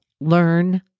learn